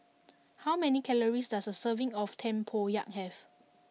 how many calories does a serving of Tempoyak have